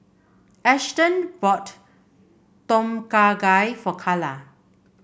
Ashton bought Tom Kha Gai for Kala